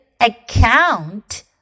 account